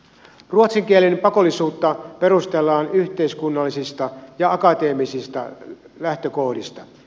ruotsin kielen pakollisuutta perustellaan yhteiskunnallisista ja akateemisista lähtökohdista